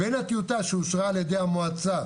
בין הטיוטה שאושרה ע"י המועצה